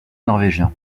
norvégien